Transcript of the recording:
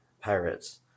pirates